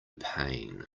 pain